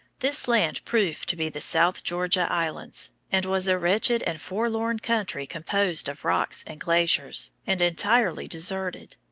this land proved to be the south georgia islands, and was a wretched and forlorn country composed of rocks and glaciers, and entirely deserted.